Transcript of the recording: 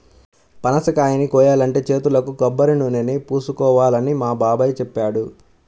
పనసకాయని కోయాలంటే చేతులకు కొబ్బరినూనెని పూసుకోవాలని మా బాబాయ్ చెప్పాడు